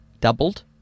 doubled